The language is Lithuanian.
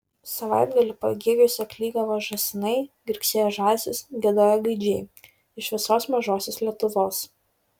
savaitgalį pagėgiuose klykavo žąsinai girgsėjo žąsys giedojo gaidžiai iš visos mažosios lietuvos